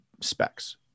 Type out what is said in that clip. specs